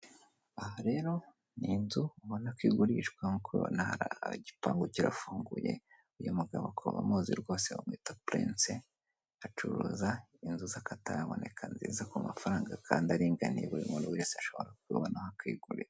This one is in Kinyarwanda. Hubatse mu buryo bw'igisharagati, hicayemo abasore n'inkumi, harimo n'abandi bari kugenda batambuka bigaragara ko ari mu mujyi ahantu muri Kigali.